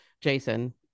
Jason